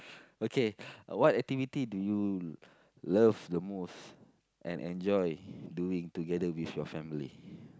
okay what activity do you love the most and enjoy doing together with your family